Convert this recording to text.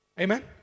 Amen